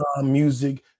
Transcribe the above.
music